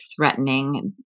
threatening